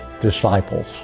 disciples